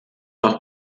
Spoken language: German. noch